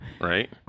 Right